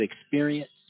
experience